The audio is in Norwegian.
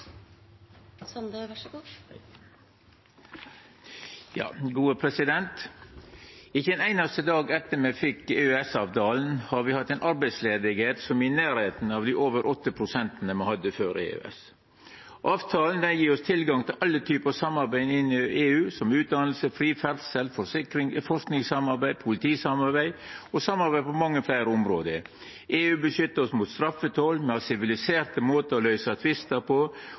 Ikkje ein einaste dag etter at me fekk EØS-avtalen, har me hatt ei arbeidsløyse i nærleiken av dei over 8 pst. me hadde før EØS. Avtalen gjev oss tilgjenge på alle typar samarbeid innan EU – som utdanning, fri ferdsel, forsikring, forsking, politi og mange fleire område. EU beskyttar oss mot straffetoll, me har siviliserte måtar å løysa tvistar på